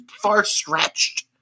far-stretched